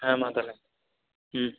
ᱦᱮᱸ ᱢᱟ ᱛᱟᱦᱚᱞᱮ ᱦᱩᱸ